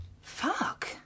Fuck